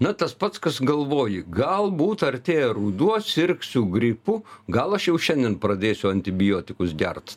ne tas pats kas galvoji galbūt artėja ruduo sirgsiu gripu gal aš jau šiandien pradėsiu antibiotikus gert